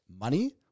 money